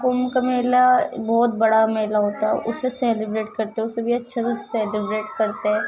کمبھ کا میلہ بہت بڑا میلہ ہوتا ہے اسے سیلیبریٹ کرتے ہیں اسے بھی اچّھے سے سیلیبریٹ کرتے ہیں